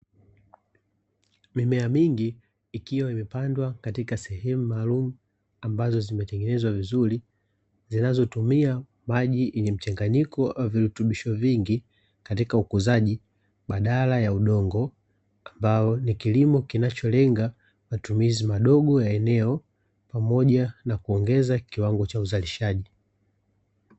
Mimea mingi ikiwa imepandwa katika sehemu maalumu ambazo zimetengenezwa vizuri zinazotumia maji yenye mchanganyiko wa virutubisho vingi katika ukuzaji badala ya udongo, ambao ni kilimo kinacholenga matumizi madogo ya eneo pamoja na kuongeza kiwango cha uzalishaji.